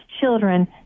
children